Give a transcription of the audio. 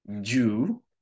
Jew